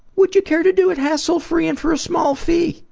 would you care to do it hassle-free and for a small fee?